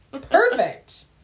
Perfect